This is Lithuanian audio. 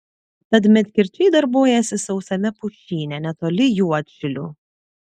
tad medkirčiai darbuojasi sausame pušyne netoli juodšilių